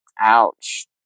Ouch